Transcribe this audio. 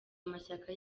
amashyaka